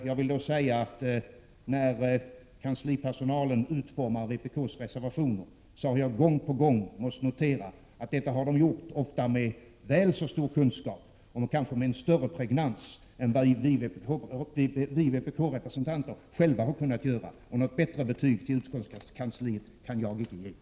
Jag vill påstå att när kanslipersonalen utformat vpk:s reservationer har jag gång på gång måst notera att de gjort detta med väl så stor kunskap som och kanske med större pregnans än vi vpk-representanter själva har kunnat göra. Något bättre betyg till utskottskansliet kan jag inte ge.